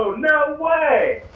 so no way!